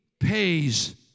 pays